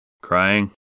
crying